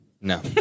No